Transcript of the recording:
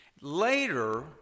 Later